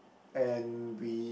and we